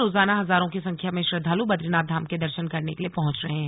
रोजाना हजारों की संख्या में श्रद्वालु बद्रीनाथ धाम के दर्शन करने के लिए पहुंच रहे हैं